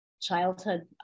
childhood